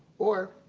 or